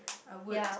I would